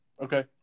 Okay